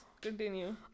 continue